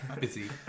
Busy